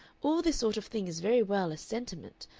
all this sort of thing is very well as sentiment,